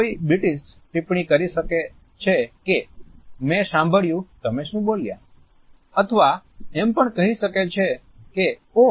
કોઈ બ્રિટિશ ટિપ્પણી કરી શકે છે મેં સાંભળ્યું તમે શું બોલ્યા અથવા એમ પણ કહી શકે છે ઓહ